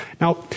Now